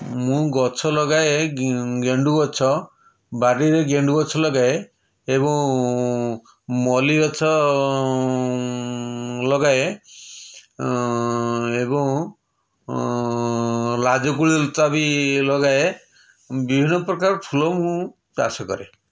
ମୁଁ ଗଛ ଲଗାଏ ଏ ଗେଣ୍ଡୁଗଛ ବାଡ଼ିରେ ଗେଣ୍ଡୁ ଗଛ ଲଗାଏ ଏବଂ ମଲ୍ଲୀଗଛ ଲଗାଏ ଏବଂ ଲାଜକୁଳୀଲତା ବି ଲଗାଏ ବିଭିନ୍ନପ୍ରକାର ଫୁଲ ମୁଁ ଚାଷକରେ